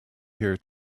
here